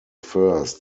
chose